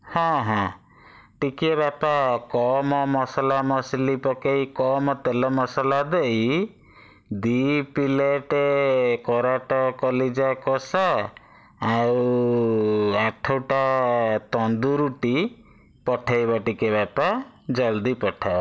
ହଁ ହଁ ଟିକେ ବାପା କମ୍ ମସଲା ମସଲି ପକେଇ କମ୍ ତେଲ ମସଲା ଦେଇ ଦୁଇ ପ୍ଳେଟ୍ କରାଟ କଲିଜା କଷା ଆଉ ଆଠଟା ତନ୍ଦୁର୍ ରୁଟି ପଠାଇବ ଟିକିଏ ବାପା ଜଲ୍ଦି ପଠାଅ